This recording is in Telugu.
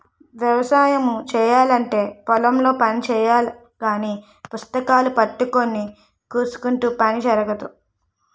వ్యవసాయము చేయాలంటే పొలం లో పని చెయ్యాలగాని పుస్తకాలూ పట్టుకొని కుసుంటే పని జరగదు